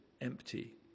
empty